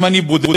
אם אני בודק,